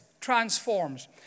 transforms